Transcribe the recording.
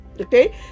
okay